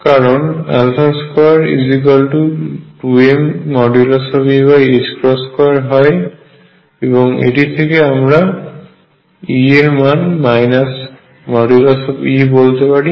কারণ 22mE2 হয় এবং এটি থেকে আমরা E এর মান E হয় বলতে পারি